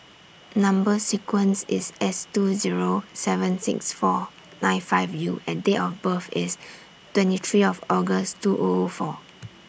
Number sequence IS S two Zero seven six four nine five U and Date of birth IS twenty three of August two O O four